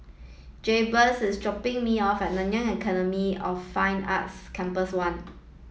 Jabez is dropping me off at Nanyang Academy of Fine Arts Campus One